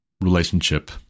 relationship